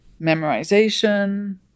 Memorization